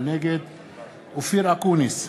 נגד אופיר אקוניס,